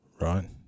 right